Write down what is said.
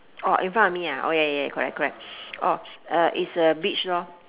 oh in front of me ah oh ya ya ya correct correct oh uh it's a beach lor